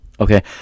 okay